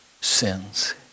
sins